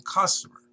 customer